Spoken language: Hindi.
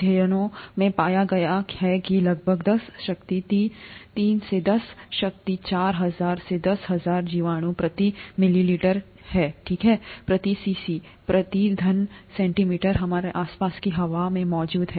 अध्ययनों में पाया गया है कि लगभग दस शक्ति तीन से दस शक्ति चार हजार से दस हजार जीवाणु प्रति मिली लीटर ठीक है प्रति सीसी प्रति घन सेंटीमीटर हमारे आसपास की हवा में मौजूद हैं